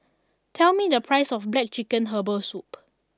tell me the price of Black Chicken Herbal Soup